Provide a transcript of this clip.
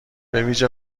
بویژه